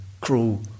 cruel